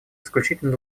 исключительно